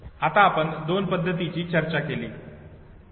आता आपण दोन पद्धतीची चर्चा केली बरोबर